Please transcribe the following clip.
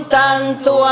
tanto